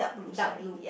dark blue